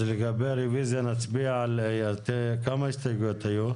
אז לגבי הרוויזיה נצביע, כמה הסתייגויות היו?